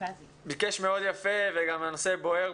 ביקש מאוד יפה וגם הנושא בוער,